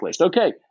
Okay